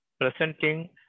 presenting